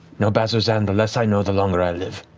no bazzoxan. the less i know, the longer i live.